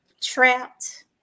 trapped